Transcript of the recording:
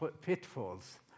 pitfalls